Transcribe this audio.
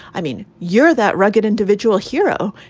i mean, you're that rugged individual hero.